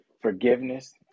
forgiveness